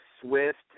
Swift